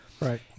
Right